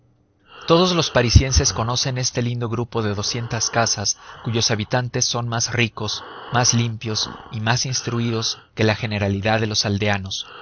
todos los parisienses conocen este lindo grupo de doscientas casas cuyos habitantes son más ricos más limpios y más instruidos que la generalidad de los aldeanos